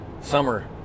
Summer